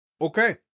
Okay